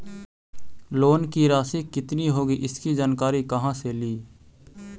Loan की रासि कितनी होगी इसकी जानकारी कहा से ली?